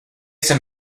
some